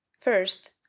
First